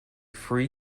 free